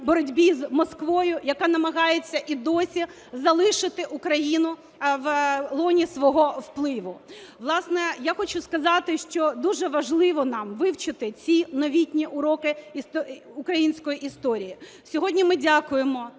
боротьбі з Москвою, яка намагається і досі залишити Україну в лоні свого впливу. Власне, я хочу сказати, що дуже важливо нам вивчити ці новітні уроки української історії. Сьогодні ми дякуємо